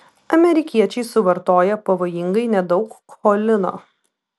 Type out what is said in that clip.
amerikiečiai suvartoja pavojingai nedaug cholino